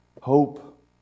hope